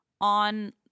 on